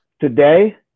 Today